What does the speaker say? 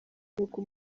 nuko